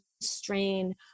strain